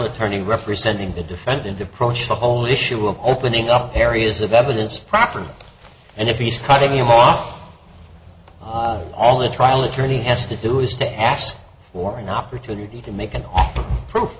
attorney representing the defendant approached the whole issue of opening up areas of evidence proffered and if he's cutting him off all the trial attorney has to do is to ask for an opportunity to make and pro